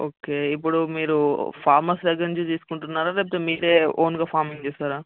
okay ఇప్పుడు మీరు farmers దగ్గర నుంచి తీసుకుంటున్నారా లేకపోతే మీరు ఓన్గా ఫార్మింగ్ చేస్తారా